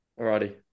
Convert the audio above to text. alrighty